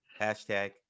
Hashtag